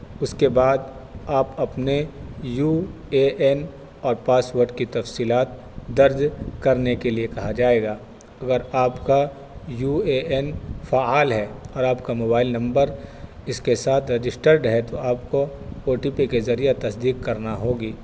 اس کے بعد آپ اپنے یو اے این اور پاس ورڈ کی تفصیلات درج کرنے کے لیے کہا جائے گا اگر آپ کا یو اے این فعال ہے اور آپ کا موبائل نمبر اس کے ساتھ رجسٹرڈ ہے تو آپ کو او ٹی پی کے ذریعہ تصدیق کرنا ہوگی